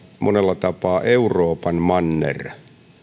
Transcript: monella tapaa euroopan manner